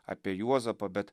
apie juozapą bet